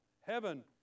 Heaven